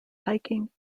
hiking